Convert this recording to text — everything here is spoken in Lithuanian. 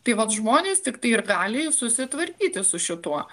tai vat žmonės tiktai ir gali susitvarkyti su šituo